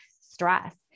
stress